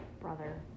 brother